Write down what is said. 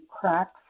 cracks